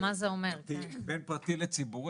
בין פרטי לציבורי.